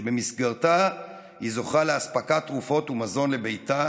שבמסגרתה היא זוכה לאספקת תרופות ומזון לביתה,